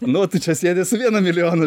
nu o tu čia sėdi su vienu milijonu